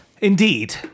Indeed